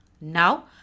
Now